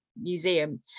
Museum